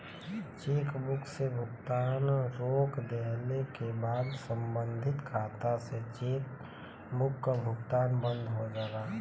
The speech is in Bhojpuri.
चेकबुक से भुगतान रोक देले क बाद सम्बंधित खाता से चेकबुक क भुगतान बंद हो जाला